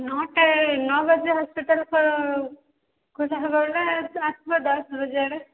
ନଅଟାରେ ନଅ ବଜେ ହସ୍ପିଟାଲ୍ ଖୋଲା ହେବ ବୋଲେ ଆସିବ ଦଶ ବଜେ ଆଡ଼େ